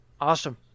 Awesome